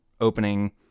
opening